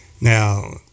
Now